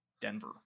Denver